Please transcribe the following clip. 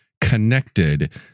connected